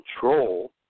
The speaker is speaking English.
control